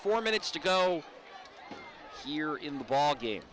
four minutes to go here in the ball game